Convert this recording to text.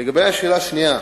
לגבי השאלה השנייה,